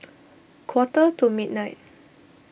quarter to midnight